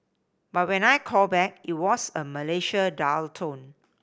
but when I called back it was a Malaysia dial tone